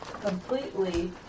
completely